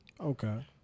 Okay